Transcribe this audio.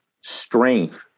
strength